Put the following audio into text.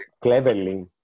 cleverly